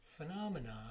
phenomena